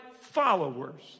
followers